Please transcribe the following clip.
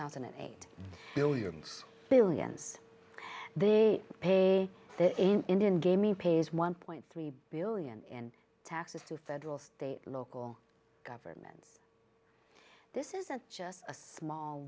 thousand and eight billions billions in the pay their indian gaming pays one point three billion in taxes to federal state local governments this isn't just a small